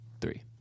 three